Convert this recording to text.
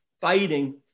fighting